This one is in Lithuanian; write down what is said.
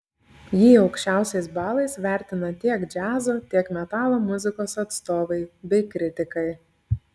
jį aukščiausiais balais vertina tiek džiazo tiek metalo muzikos atstovai bei kritikai